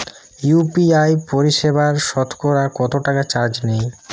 UPI পরিসেবায় সতকরা কতটাকা চার্জ নেয়?